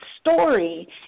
story